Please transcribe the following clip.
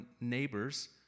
neighbors